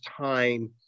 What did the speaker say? time